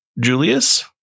Julius